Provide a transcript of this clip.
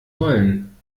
wollen